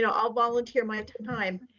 ah i'll volunteer my time